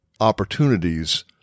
opportunities